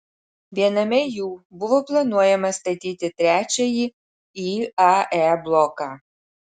viename jų buvo planuojama statyti trečiąjį iae bloką